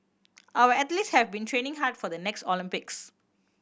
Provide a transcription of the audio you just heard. our athletes have been training hard for the next Olympics